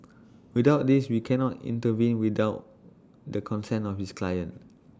without this we cannot intervene without the consent of this client